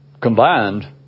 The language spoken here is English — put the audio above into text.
combined